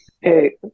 Hey